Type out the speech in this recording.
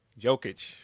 Jokic